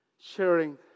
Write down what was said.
sharing